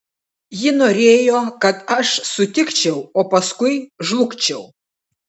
ji norėjo kad aš sutikčiau o paskui žlugčiau